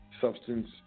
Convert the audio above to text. Substance